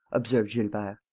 observed gilbert.